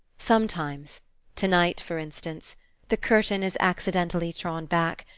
sometimes to-night, for instance the curtain is accidentally drawn back,